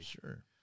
sure